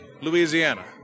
Louisiana